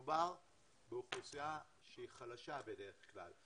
מדובר באוכלוסייה שהיא חלשה בדרך כלל,